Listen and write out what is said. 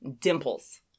DIMPLES